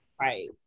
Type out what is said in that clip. Right